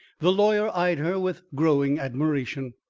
the lawyer eyed her with growing admiration.